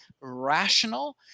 rational